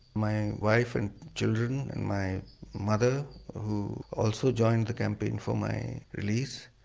my wife and children and my mother who also joined the campaign for my release,